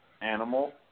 animal –